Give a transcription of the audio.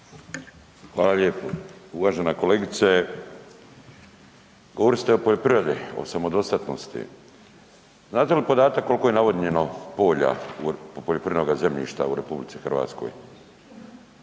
Hvala lijepo. Uvažena kolegice, govorili ste o poljoprivredi, o samodostatnosti. Znate li podatak kolko je navodnjeno polja poljoprivrednoga zemljišta u RH?